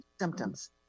symptoms